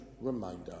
reminder